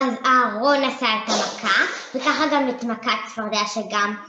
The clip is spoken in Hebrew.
אז אהרון עשה את המכה, וככה גם את מכת צפרדע שגם